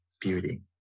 beauty